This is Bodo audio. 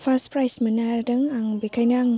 फार्स्ट प्राइज मोननो हादों आं बेखायनो आं